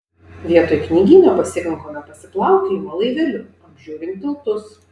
vietoj knygyno pasirinkome pasiplaukiojimą laiveliu apžiūrint tiltus